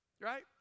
right